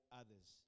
others